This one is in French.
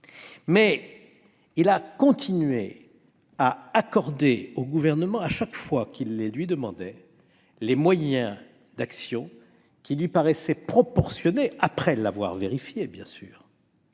mais il a continué à accorder au Gouvernement, chaque fois qu'il les lui demandait, les moyens d'action qui lui paraissaient proportionnés- après l'avoir vérifié, bien sûr